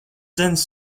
since